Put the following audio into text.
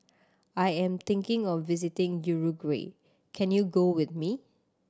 I am thinking of visiting Uruguay can you go with me